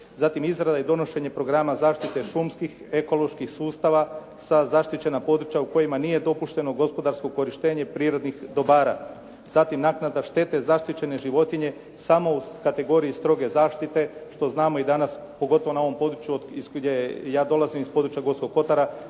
Zatim izrada i donošenje programa zaštite šumskih, ekoloških sustava, sva zaštićena područja u kojima nije dopušteno gospodarsko korištenje prirodnih dobara. Zatim naknada štete zaštićene životinje samo u kategoriji stroge zaštite što znamo i danas pogotovo na ovom području gdje ja dolazim, iz područja Gorskog Kotara